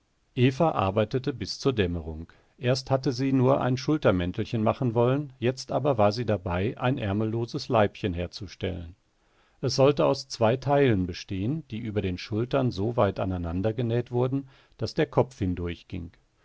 eva arbeitete bis zur dämmerung erst hatte sie nur ein schultermäntelchen machen wollen jetzt aber war sie dabei ein ärmelloses leibchen herzustellen es sollte aus zwei teilen bestehen die über den schultern so weit aneinandergenäht wurden daß der kopf